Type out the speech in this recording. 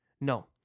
No